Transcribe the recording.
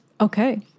Okay